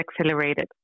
accelerated